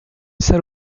salle